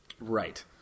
Right